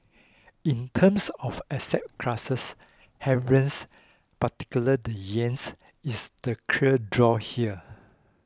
in terms of asset classes havens particularly the yen is the clear draw here